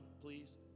please